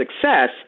success